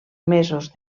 mesos